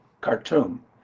Khartoum